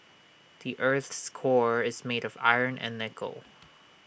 the Earth's core is made of iron and nickel